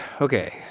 Okay